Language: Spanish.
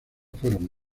fueron